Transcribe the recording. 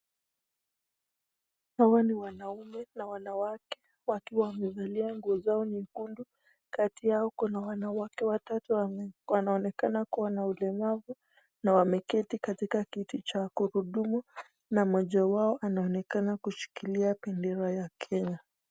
Hawa ni wanaume na wanawake wakiwa wamevalia nguo zao weekend, kati yao kuna wanawake watatu wanaonekana kuwa na ulemavu na wameketi katika kiti cha kuhudumu na mmoja wao anaonekana kushikilia bendera ya Kenya.